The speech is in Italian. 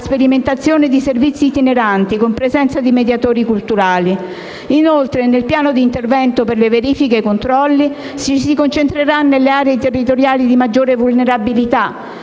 sperimentazione di servizi itineranti con presenza di mediatori culturali. Inoltre, nel piano di intervento per le verifiche e i controlli ci si concentrerà nelle aree territoriali di maggiore vulnerabilità